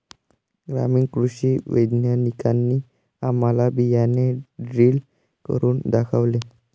ग्रामीण कृषी वैज्ञानिकांनी आम्हाला बियाणे ड्रिल करून दाखवले